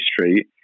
Street